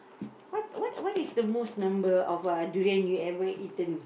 what what what is the most number of uh durian you ever eaten